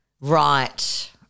right